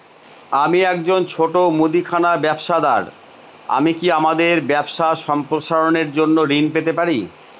আমি একজন ছোট মুদিখানা ব্যবসাদার আমি কি আমার ব্যবসা সম্প্রসারণের জন্য ঋণ পেতে পারি?